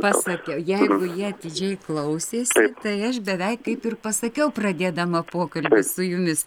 pasakia jeigu jie atidžiai klausės tai aš beveik kaip ir pasakiau pradėdama pokalbį su jumis